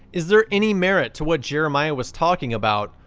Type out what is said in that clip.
is there any merit to what jeremiah was talking about,